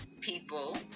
people